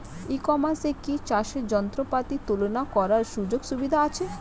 ই কমার্সে কি চাষের যন্ত্রপাতি তুলনা করার সুযোগ সুবিধা আছে?